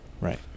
Right